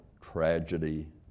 tragedy